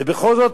ובכל זאת,